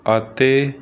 ਅਤੇ